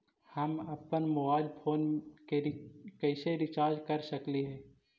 हम अप्पन mobile phone के कैसे रिचार्ज कर सकली हे?